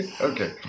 Okay